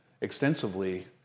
extensively